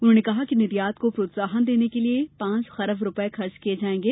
उन्होंने कहा कि निर्यात को प्रोत्साहन देने के लिए पांच खरब रुपए खर्च किए जाएंगे